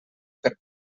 per